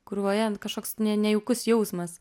krūvoje kažkoks nejaukus jausmas